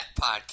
podcast